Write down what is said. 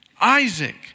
Isaac